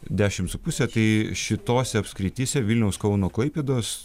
dešimt su puse tai šitose apskrityse vilniaus kauno klaipėdos